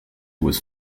was